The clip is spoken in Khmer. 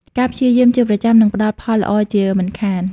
ការព្យាយាមជាប្រចាំនឹងផ្តល់ផលល្អជាមិនខាន។